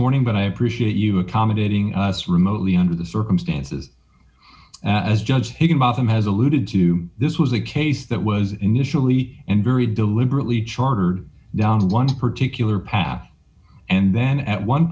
morning but i appreciate you accommodating us remotely under the circumstances as judge higginbotham has alluded to this was a case that was initially and very deliberately chartered down one particular path and then at one